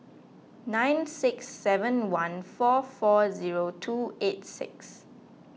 nine six seven one four four zero two eight six